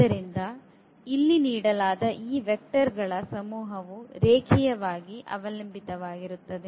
ಆದ್ದರಿಂದ ಇಲ್ಲಿ ನೀಡಲಾದ ಈ ವೆಕ್ಟರ್ ಗಳ ಸಮೂಹವು ರೇಖೀಯವಾಗಿ ಅವಲಂಬಿತ ವಾಗಿರುತ್ತದೆ